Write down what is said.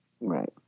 Right